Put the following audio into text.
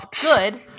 good